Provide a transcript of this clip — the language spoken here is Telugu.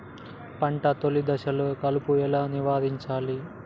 పంట తొలి దశలో కలుపు ఎలా నివారించాలి?